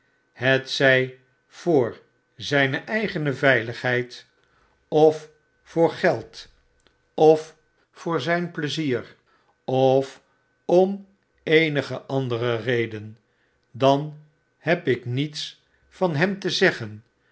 hetzij voor zijne eigene veibarnaby rudge ligheid of voor geld of voor zijn pleizier of om eenige andere reden dan heb ik niets van hem te zeggen